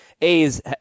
A's